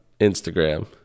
Instagram